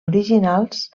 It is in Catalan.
originals